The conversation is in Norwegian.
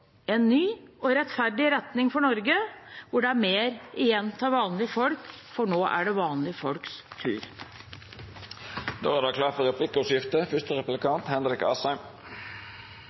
en ny og rettferdig retning for Norge hvor det er mer igjen til vanlige folk, for nå er det vanlige folks tur.